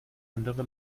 andere